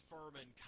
Furman